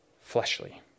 fleshly